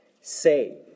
say